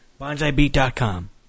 Bonsaibeat.com